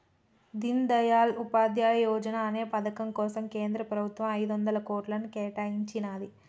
దీన్ దయాళ్ ఉపాధ్యాయ యోజనా అనే పథకం కోసం కేంద్ర ప్రభుత్వం ఐదొందల కోట్లను కేటాయించినాది